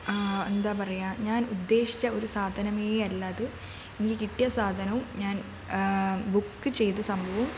എന്താ പറയുക ഞാൻ ഉദ്ദേശിച്ച ഒരു സാധനമേ അല്ല അത് എനിക്ക് കിട്ടിയ സാധനവും ഞാൻ ബുക്ക് ചെയ്ത സംഭവവും